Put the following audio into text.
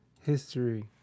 History